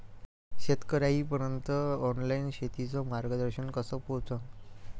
शेतकर्याइपर्यंत ऑनलाईन शेतीचं मार्गदर्शन कस पोहोचन?